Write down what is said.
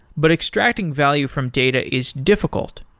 but extracting value from data is difficult,